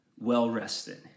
well-rested